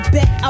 Bet